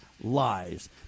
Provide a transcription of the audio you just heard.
lies